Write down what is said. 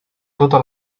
tota